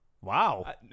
Wow